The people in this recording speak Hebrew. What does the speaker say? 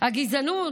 המאבק בגזענות